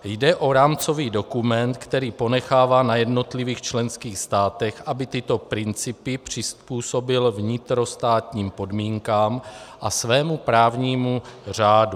Jde o rámcový dokument, který ponechává na jednotlivých členských státech, aby tyto principy přizpůsobily vnitrostátním podmínkám a svému právnímu řádu.